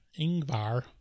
Ingvar